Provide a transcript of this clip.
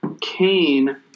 Cain